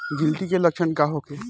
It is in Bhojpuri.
गिलटी के लक्षण का होखे?